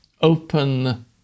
open